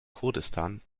kurdistan